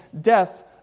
death